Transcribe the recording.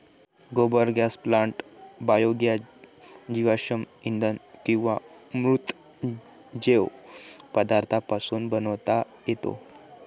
गोबर gas plant biogas जीवाश्म इंधन किंवा मृत जैव पदार्थांपासून बनवता येतो